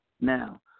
Now